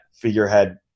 figurehead